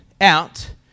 out